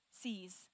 sees